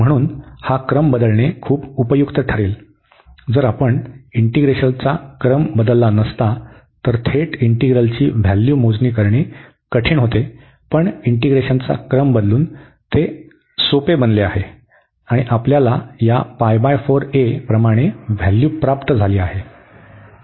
म्हणून हा क्रम बदलणे खूप उपयुक्त ठरले जर आपण इंटीग्रेशनचा क्रम बदलला नसता तर थेट इंटिग्रलची व्हॅल्यू मोजणी करणे कठीण होते पण इंटीग्रेशनचा क्रम बदलून ते क्षुल्लक बनले आहे आणि आपल्याला या प्रमाणे व्हॅल्यू प्राप्त झाली आहे